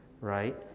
Right